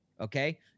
okay